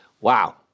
Wow